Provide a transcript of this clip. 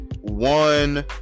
one